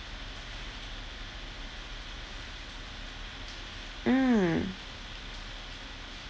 mm